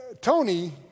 Tony